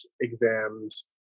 exams